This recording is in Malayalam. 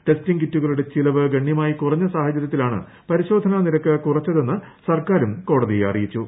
ടെസ്റ്റിങ് കിറ്റുകളുടെ ചെലവ് ഗണ്യമായി കുറഞ്ഞ സ്മാഹചര്യത്തിലാണ് പരിശോധന നിരക്ക് കുറച്ചതെന്ന് സർക്കാരും കോടതിയെ അറിയിച്ചു